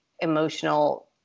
emotional